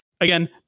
again